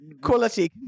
quality